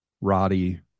Roddy